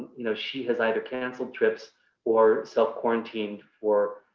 you know, she has either canceled trips or self-quarantined for,